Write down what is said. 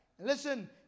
Listen